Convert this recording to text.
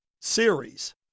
series